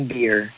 Beer